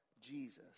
Jesus